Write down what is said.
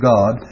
God